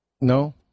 No